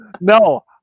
No